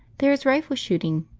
there is rifle-shooting,